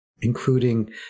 including